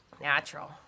Natural